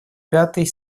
пятой